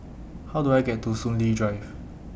How Do I get to Soon Lee Drive